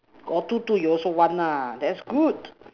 got two two you also want nah that's good